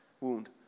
wound